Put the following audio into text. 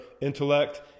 intellect